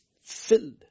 filled